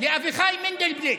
לאביחי מנדלבליט,